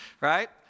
right